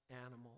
animal